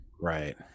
Right